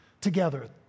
together